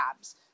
abs